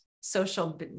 social